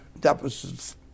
deficits